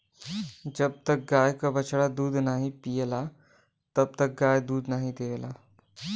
जब तक गाय क बछड़ा दूध नाहीं पियला तब तक गाय दूध नाहीं देवला